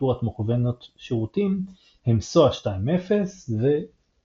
ארכיטקטורת מוכוונות שירותים הם SOA 2.0 ו-WOA.